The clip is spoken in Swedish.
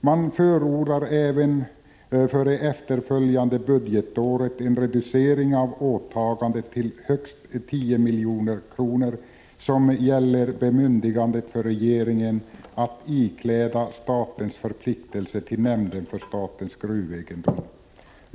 Man förordar även för det efterföljande budgetåret en reducering till åtaganden om högst 10 milj.kr. för bemyndigandet för regeringen att ikläda staten förpliktelser till nämnden för statens gruvegendom.